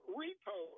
repo